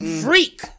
Freak